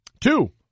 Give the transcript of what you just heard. Two